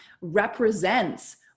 represents